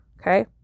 Okay